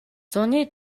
зуны